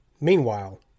meanwhile